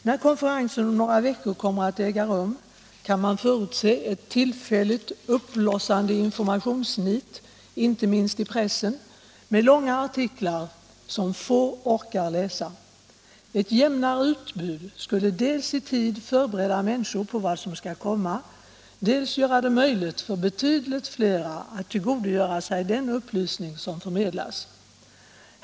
När konferensen om några veckor kommer att äga rum kan man förutse ett tillfälligt uppblossande informationsnit inte minst i pressen med långa artiklar som få orkar läsa. Ett jämnare utbud skulle dels i tid förbereda människor på vad som skall komma, dels göra det möjligt för betydligt flera att tillgodogöra sig den upplysning som förmedlas.